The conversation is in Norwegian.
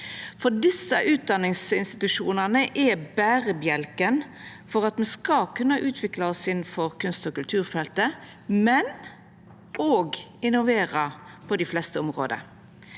våre. Desse utdanningsinstitusjonane er berebjelken for at me skal kunna utvikla oss innanfor kunst- og kulturfeltet, men òg innovera på dei fleste område.